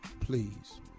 Please